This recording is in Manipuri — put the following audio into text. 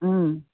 ꯎꯝ